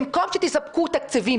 במקום שתספקו תקציבים,